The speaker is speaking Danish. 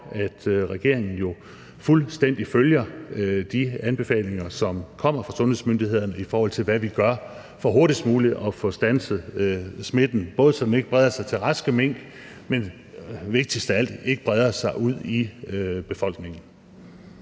at regeringen jo fuldstændig følger de anbefalinger, som kommer fra sundhedsmyndighederne, i forhold til hvad vi gør for hurtigst muligt at få standset smitten, så den ikke breder sig til raske mink, men også – vigtigst af alt – så den ikke breder sig ud i befolkningen.